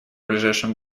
ближайшем